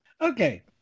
okay